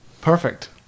Perfect